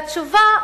והתשובה,